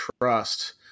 trust